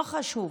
לא חשוב